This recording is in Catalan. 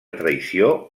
traïció